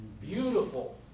Beautiful